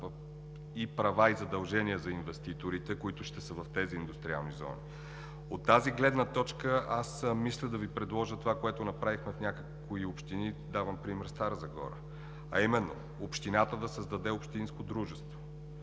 и права, и задължения за инвеститорите, които ще са в тези индустриални зони. От тази гледна точка, аз мисля да Ви предложа това, което направихме в някои общини. Давам пример със Стара Загора, а именно – общината да създаде общинско дружество,